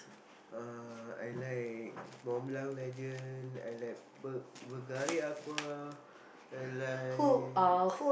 uh I like Montblanc Legend I like Bul~ Bvlgari Aqua I like